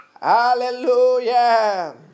Hallelujah